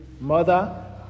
Mother